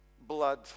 blood